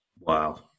Wow